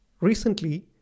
Recently